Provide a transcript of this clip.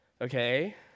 okay